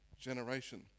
generation